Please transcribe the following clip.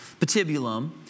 patibulum